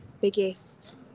biggest